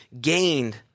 gained